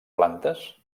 plantes